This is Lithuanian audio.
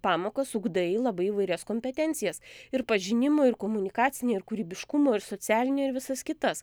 pamokas ugdai labai įvairias kompetencijas ir pažinimo ir komunikacinę ir kūrybiškumo ir socialinę ir visas kitas